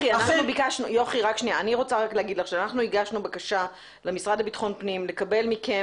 אנחנו הגשנו בקשה למשרד לביטחון הפנים לקבל מכם